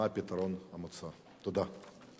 2. מה הוא הפתרון המוצע?